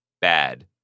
bad